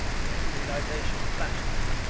then realization flashed to me.